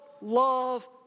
love